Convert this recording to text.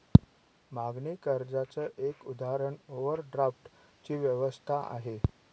मागणी कर्जाच एक उदाहरण ओव्हरड्राफ्ट ची व्यवस्था आहे